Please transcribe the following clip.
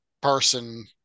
person